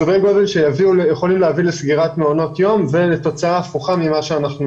סדרי גודל שיכולים להביא לסגירת מעונות היום ולתוצאה הפוכה מזו שאנחנו